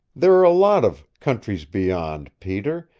there are a lot of countries beyond peter,